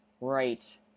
right